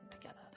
together